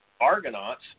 Argonauts